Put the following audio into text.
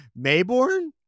Mayborn